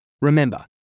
Remember